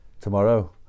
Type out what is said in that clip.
tomorrow